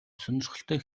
сонирхолтой